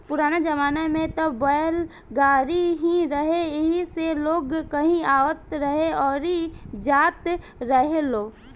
पुराना जमाना में त बैलगाड़ी ही रहे एही से लोग कहीं आवत रहे अउरी जात रहेलो